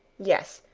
yes,